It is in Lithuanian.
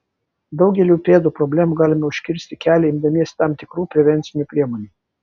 daugeliui pėdų problemų galime užkirsti kelią imdamiesi tam tikrų prevencinių priemonių